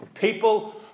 People